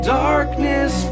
darkness